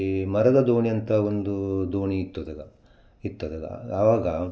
ಈ ಮರದ ದೋಣಿ ಅಂತ ಒಂದು ದೋಣಿ ಇತ್ತು ಅದಗ ಇತ್ತದಾಗ ಆವಾಗ